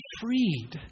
freed